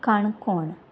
Canacona